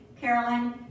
Carolyn